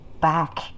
back